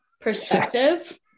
Perspective